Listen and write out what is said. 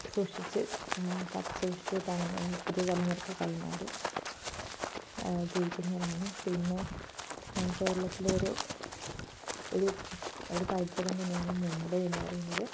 സൂക്ഷിച്ച് കാത്തുസൂക്ഷിച്ച് പുതിയ തലമുറയ്ക്ക് കൈമാറി ജീവിക്കുന്നവരാണ് പിന്നെ കേരളത്തിലെ ഒരു ഒരു ഒരു പൈതൃകം തന്നെയാണ് മുണ്ട് എന്നു പറയുന്നത്